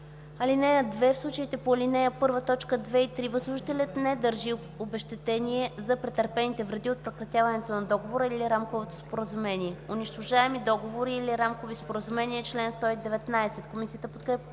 ДФЕС. (2) В случаите по ал. 1, т. 2 и 3 възложителят не дължи обезщетение за претърпените вреди от прекратяването на договора или рамковото споразумение.” „Унищожаеми договори или рамкови споразумения” – чл. 119. Комисията подкрепя